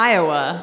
Iowa